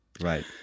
Right